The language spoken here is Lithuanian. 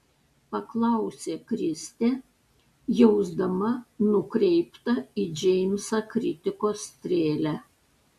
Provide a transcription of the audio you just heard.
paklausė kristė jausdama nukreiptą į džeimsą kritikos strėlę